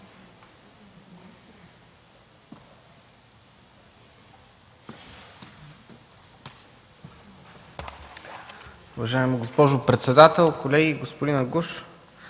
Уважаема госпожо председател, колеги! Господин Агуш,